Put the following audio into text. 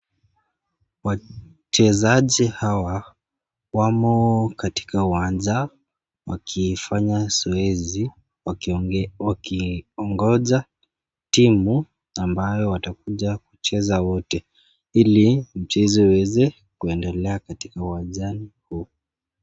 Wachezaji hawa wamo katika uwanja wakifanya zoezi wakiongoja timu ambalo watakuja wacheza wote ili mcheze uweze kuendelea katika uwanjani huu.